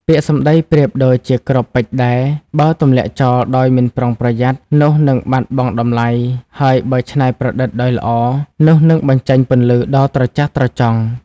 ពាក្យសម្ដីប្រៀបដូចជាគ្រាប់ពេជ្រដែរ បើទម្លាក់ចោលដោយមិនប្រុងប្រយ័ត្ន នោះនឹងបាត់បង់តម្លៃ ហើយបើច្នៃប្រឌិតដោយល្អ នោះនឹងបញ្ចេញពន្លឺដ៏ត្រចះត្រចង់។